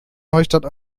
neustadt